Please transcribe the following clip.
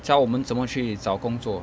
教我们怎么去找工作